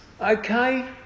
Okay